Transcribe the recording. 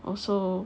also